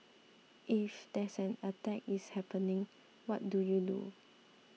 if there's an attack is happening what do you do